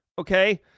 okay